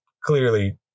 clearly